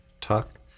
talk